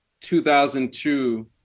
2002